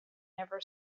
never